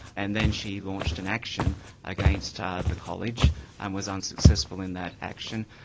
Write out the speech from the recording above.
and then she launched an action against ah the college and was unsuccessful in that action,